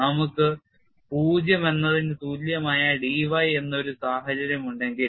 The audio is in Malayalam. നമുക്ക് 0 എന്നതിന് തുല്യമായ dy എന്ന ഒരു സാഹചര്യം ഉണ്ടെങ്കിൽ